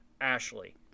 Ashley